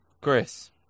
Chris